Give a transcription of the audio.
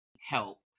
help